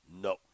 No